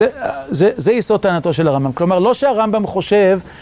זה ייסוד טענתו של הרמב״ם, כלומר, לא שהרמב״ם חושב...